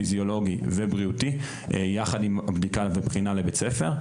פיזיולוגי ובריאותי יחד עם הבדיקה בבחינה לבית ספר,